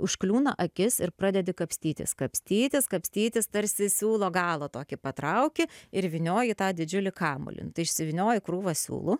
užkliūna akis ir pradedi kapstytis kapstytis kapstytis tarsi siūlo galą tokį patrauki ir vynioji tą didžiulį kamuolį nu tai išsivynioji krūvą siūlų